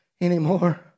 anymore